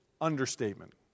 understatement